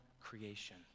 creation